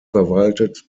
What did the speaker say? verwaltet